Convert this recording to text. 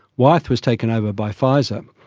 wyeth was taken over by pfizer.